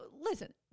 listen